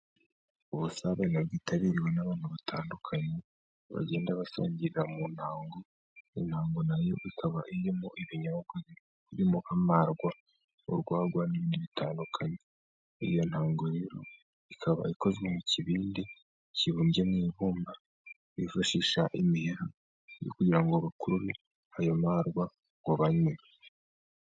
Ubusabane bwitabiriwe n'abantu batandukanye bagenda basangirira mu ntango. Intango nayo ikaba irimo ibinyobwa birimo amarwa, urwagwa n'ibindi bitandukanye. Iyo ntango rero ikaba ikozwe mu kibindi kibumbye mu ibumba. Bifashisha imiheha kugira ngo bakurure ayo marwa ngo banywe.